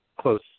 close